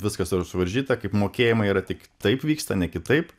viskas yra suvaržyta kaip mokėjimai yra tik taip vyksta ne kitaip